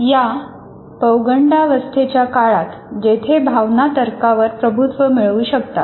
या पौगंडावस्थेच्या काळात जेथे भावना तर्कावर प्रभुत्व मिळवू शकतात